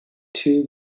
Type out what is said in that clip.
two